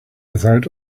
without